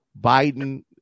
Biden